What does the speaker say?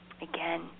Again